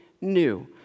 new